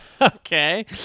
Okay